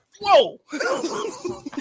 Whoa